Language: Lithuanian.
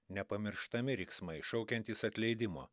nepamirštami riksmai šaukiantys atleidimo